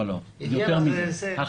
לא, יותר מזה.